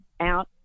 out